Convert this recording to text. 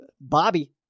bobby